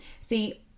See